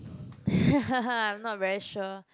I'm not very sure